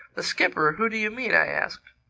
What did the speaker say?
the skipper who do you mean? i asked.